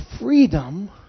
freedom